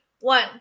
One